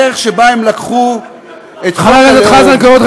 על הדרך שבה הם לקחו את חוק הלאום,